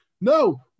No